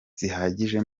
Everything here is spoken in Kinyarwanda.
zihagije